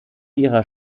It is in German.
ihrer